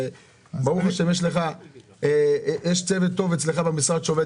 ברוך השם יש צוות טוב אצלך במשרד שעובד,